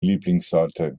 lieblingssorte